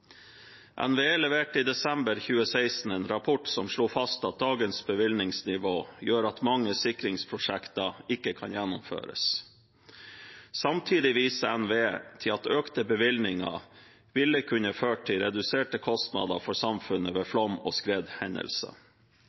NVE leverte i desember 2016 en rapport som slo fast at dagens bevilgningsnivå gjør at mange sikringsprosjekter ikke kan gjennomføres. Samtidig viser NVE til at økte bevilgninger ville kunne ført til reduserte kostnader for samfunnet ved flom- og skredhendelser.